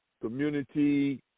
Community